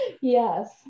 Yes